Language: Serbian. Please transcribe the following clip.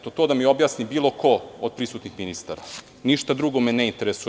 To da mi objasni bilo ko od prisutnih ministara, ništa drugo me neinteresuje.